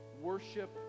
worship